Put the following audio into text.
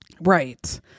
right